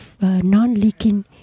non-leaking